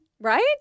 Right